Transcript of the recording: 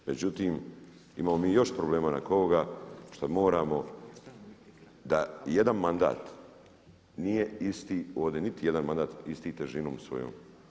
Međutim imamo još problema nakon ovoga što moramo da jedan mandat nije isti, niti jedan mandat isti težinom svojom.